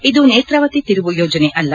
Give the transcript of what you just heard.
ಇದು ನೇತ್ರಾವತಿ ತಿರುವು ಯೋಜನೆ ಅಲ್ಲ